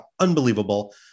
unbelievable